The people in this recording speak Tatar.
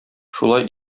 шулай